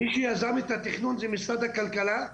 מי שיזם את התכנון הוא משרד הכלכלה,